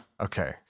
Okay